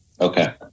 Okay